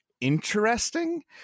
interesting